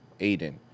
Aiden